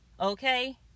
Okay